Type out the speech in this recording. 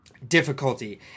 Difficulty